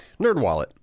NerdWallet